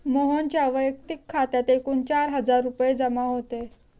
मोहनच्या वैयक्तिक खात्यात एकूण चार हजार रुपये जमा होते